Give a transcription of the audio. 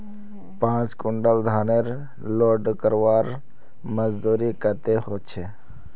पाँच कुंटल धानेर लोड करवार मजदूरी कतेक होचए?